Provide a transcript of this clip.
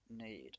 need